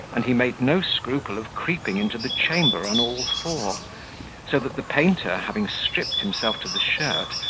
and he made no scruple of creeping into the chamber on all four so that the painter, having stripped himself to the shirt,